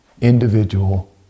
individual